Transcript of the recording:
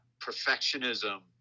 perfectionism